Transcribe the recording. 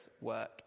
work